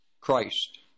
Christ